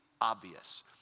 obvious